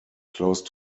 close